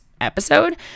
episode